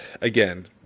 again